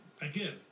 again